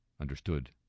understood